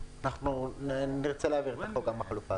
אנחנו נרצה להעביר את החוק גם עם החלופה ב'.